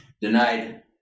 denied